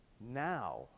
Now